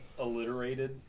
alliterated